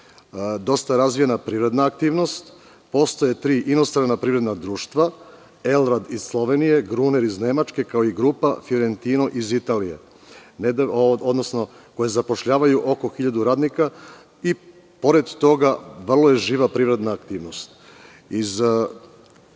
dosta razvijena privredna aktivnost. Postoje tri inostrana privredna društva: ELRAD iz Slovenije, „Gruner“ iz Nemačke i „Grupa Fjorentino“ iz Italije, koje zapošljavaju oko 1.000 radnika. Pored toga vrlo je živa privredna aktivnost. Iz ovih